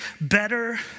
better